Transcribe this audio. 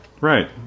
Right